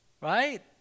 Right